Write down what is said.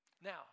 Now